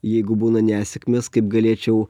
jeigu būna nesėkmės kaip galėčiau